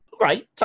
Right